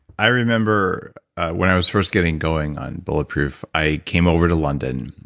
i remember when i was first getting going on bulletproof, i came over to london,